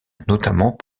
notamment